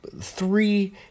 three